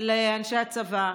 לאנשי הצבא,